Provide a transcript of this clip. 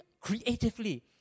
creatively